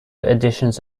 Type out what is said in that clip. editions